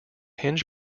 hinge